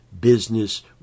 business